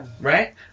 right